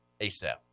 ASAP